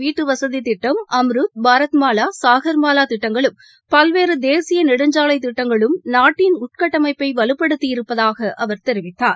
வீட்டுவசதித்திட்டம் அம்ருத் பிரதமரின் பாரத் மாவா சாகர் மாவாதிட்டங்களும் பல்வேறுதேசியநெடுஞ்சாலைத் திட்டங்களும் நாட்டின் உள்கட்டமைப்பைவலுப்படுத்தியிருப்பதாகஅவர் தெரிவித்தார்